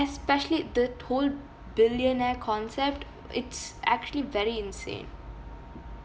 especially the whole billionaire concept it's actually very insane